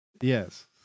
Yes